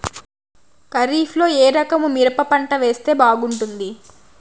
ఖరీఫ్ లో ఏ రకము మిరప పంట వేస్తే బాగుంటుంది